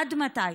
עד מתי?